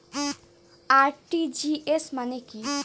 RTGS মানে কি?